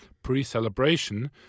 pre-celebration